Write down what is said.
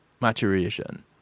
maturation